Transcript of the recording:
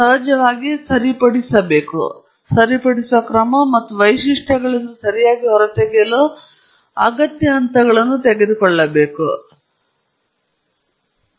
ತದನಂತರ ಸಹಜವಾಗಿ ಸರಿಪಡಿಸುವ ಕ್ರಮ ಮತ್ತು ವೈಶಿಷ್ಟ್ಯಗಳನ್ನು ಸರಿಯಾಗಿ ಹೊರತೆಗೆಯಲು ಅಗತ್ಯ ಹಂತಗಳನ್ನು ನಾವು ತೆಗೆದುಕೊಳ್ಳುತ್ತೇವೆ